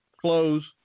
close